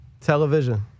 Television